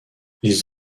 ils